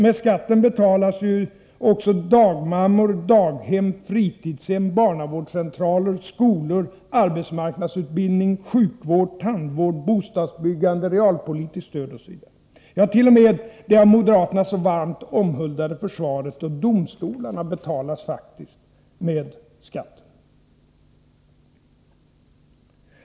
Med skatten betalas ju också dagmammor, daghem, fritidshem, barnavårdscentraler, skolor, arbetsmarknadsutbildning, sjukvård, tandvård, bostadsbyggande, regionalpolitiskt stöd osv. Ja, t.o.m. det av moderaterna så varmt omhuldade försvaret och domstolarna betalas med skatten.